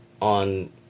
on